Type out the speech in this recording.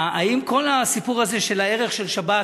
האם כל הסיפור הזה של הערך של שבת,